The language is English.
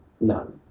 None